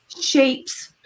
shapes